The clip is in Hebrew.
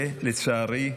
לצערי,